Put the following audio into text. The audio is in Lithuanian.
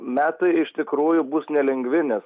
metai iš tikrųjų bus nelengvi nes